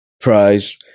prize